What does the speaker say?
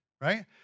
right